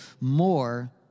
more